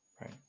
Right